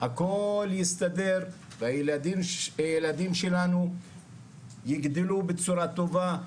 הכל יסתדר והילדים שלנו יגדלו בצורה טובה,